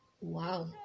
wow